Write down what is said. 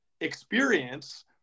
experience